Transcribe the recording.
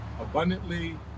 abundantly